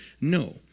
No